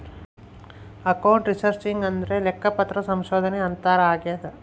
account researching ಅಂದ್ರೆ ಲೆಕ್ಕಪತ್ರ ಸಂಶೋಧನೆ ಅಂತಾರ ಆಗ್ಯದ